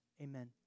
amen